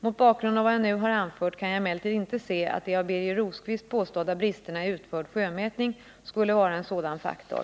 Mot bakgrund av vad jag nu har anfört kan jag emellertid inte se att de av Birger Rosqvist påstådda bristerna i utförd sjömätning skulle vara en sådan faktor.